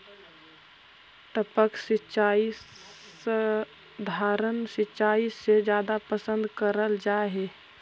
टपक सिंचाई सधारण सिंचाई से जादा पसंद करल जा हे